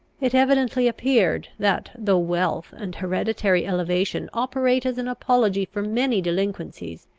it evidently appeared, that though wealth and hereditary elevation operate as an apology for many delinquencies,